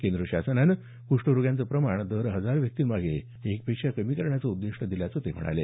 केंद्र शासनानं कुष्ठरोग्यांचं प्रमाण दर दहा हजार व्यक्तींमागे एकपेक्षा कमी करण्याचं उद्दिष्ट दिल्याचं ते म्हणाले